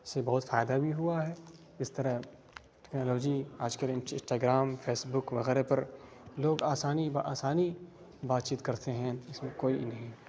سے بہت فائدہ بھی ہوا ہے اس طرح ٹیکنالوجی آج کل انسٹا گرام پھیس بک وغیرہ پر لوگ آسانی بآسانی بات چیت کرتے ہیں اس میں کوئی ای نہیں